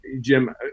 Jim